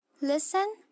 Listen